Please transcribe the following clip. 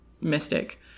mystic